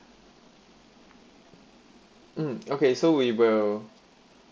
mm okay so we will